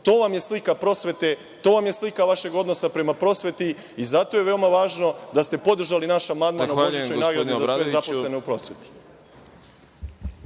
To vam je slika prosvete. To vam je slika vašeg odnosa prema prosveti i zato je veoma važno da ste podržali naš amandman za božićne nagrade za sve zaposlene u prosveti.